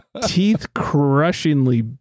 teeth-crushingly